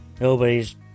Nobody's